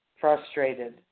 frustrated